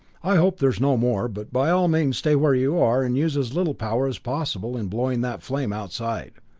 i hope there are no more but by all means stay where you are, and use as little power as possible in blowing that flame outside.